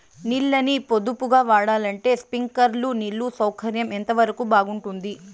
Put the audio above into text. నీళ్ళ ని పొదుపుగా వాడాలంటే స్ప్రింక్లర్లు నీళ్లు సౌకర్యం ఎంతవరకు బాగుంటుంది?